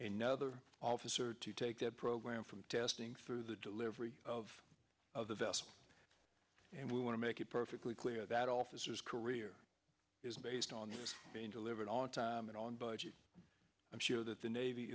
in another officer to take that program from testing through the delivery of of the vessel and we want to make it perfectly clear that officers career is based on being delivered on time and on budget i'm sure that the navy